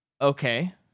okay